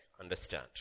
Understand